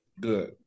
good